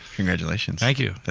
congratulations. thank you.